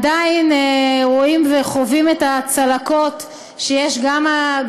ועדיין רואים וחווים את הצלקות שיש להן,